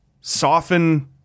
soften